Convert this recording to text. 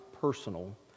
personal